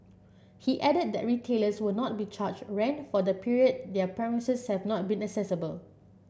he added that retailers would not be charged rent for the period their premises have not been accessible